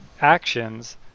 actions